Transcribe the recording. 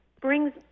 brings